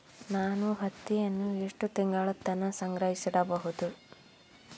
ನಾನು ಹತ್ತಿಯನ್ನ ಎಷ್ಟು ತಿಂಗಳತನ ಸಂಗ್ರಹಿಸಿಡಬಹುದು?